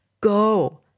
Go